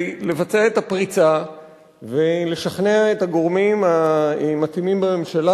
לבצע את הפריצה ולשכנע את הגורמים המתאימים בממשלה,